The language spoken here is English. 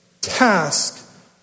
task